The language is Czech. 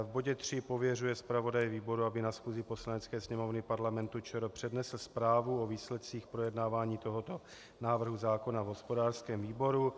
V bodě 3 pověřuje zpravodaje výboru, aby na schůzi Poslanecké sněmovny Parlamentu ČR přednesl zprávu o výsledcích projednávání tohoto návrhu zákona v hospodářském výboru.